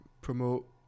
promote